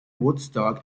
woodstock